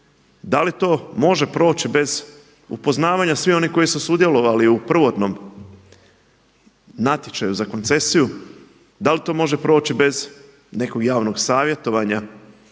Da li to može proći bez upoznavanja svih onih koji su sudjelovali u prvotnom natječaju za koncesiju, da li to može proći bez nekog javnog savjetovanja.